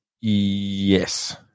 Yes